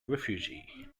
refugee